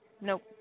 Nope